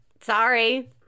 sorry